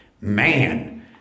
man